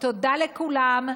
תודה לכולם,